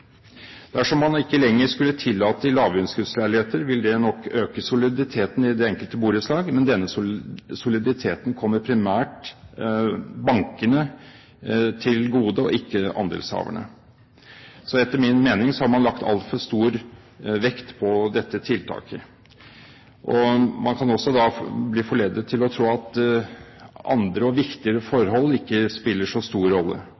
Dersom man ikke lenger skulle tillate lavinnskuddsleiligheter, vil det nok øke soliditeten i det enkelte borettslag, men denne soliditeten kommer primært bankene til gode og ikke andelshaverne. Etter min mening har man lagt altfor stor vekt på dette tiltaket. Man kan også bli forledet til å tro at andre og viktigere forhold ikke spiller så stor rolle,